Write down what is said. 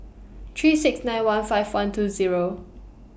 three six nine one five one two Zero